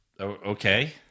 Okay